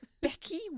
Becky